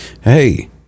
hey